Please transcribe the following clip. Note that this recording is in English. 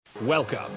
Welcome